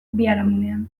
biharamunean